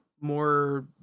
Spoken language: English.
More